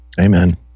Amen